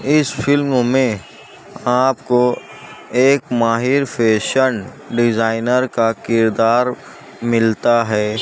اس film میں آپ کو ایک ماہر فیشن ڈیزائنر کا کردارملتا ہے